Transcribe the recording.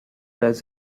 does